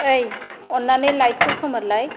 ओइ अन्नानै लाइट खौ खोमोरलाय